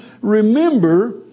remember